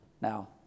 Now